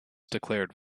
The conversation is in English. declared